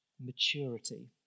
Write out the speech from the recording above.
maturity